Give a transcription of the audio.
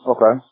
Okay